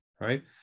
right